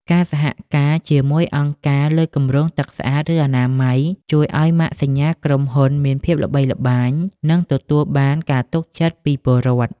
ការសហការជាមួយអង្គការលើគម្រោងទឹកស្អាត ឬអនាម័យ ជួយឱ្យម៉ាកសញ្ញាក្រុមហ៊ុនមានភាពល្បីល្បាញ និងទទួលបានការទុកចិត្តពីពលរដ្ឋ។